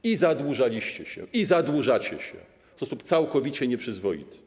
I zadłużaliście się i zadłużacie się w sposób całkowicie nieprzyzwoity.